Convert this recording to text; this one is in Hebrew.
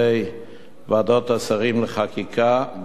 ועדות השרים לחקיקה, גם אז.